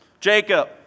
Jacob